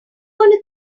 gonna